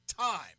time